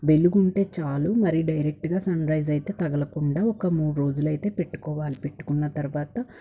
వెలుగుంటే చాలు మరి డైరెక్ట్గా సన్రైజ్ అయితే తగలకుండా ఒక మూడు రోజులైతే పెట్టుకోవాలి పెట్టుకున్న తర్వాత